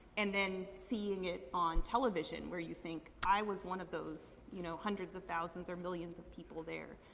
and then seeing it on television, where you think, i was one of those you know hundreds of thousands or millions of people there.